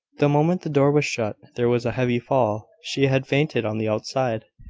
the moment the door was shut, there was a heavy fall. she had fainted on the outside.